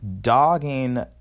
dogging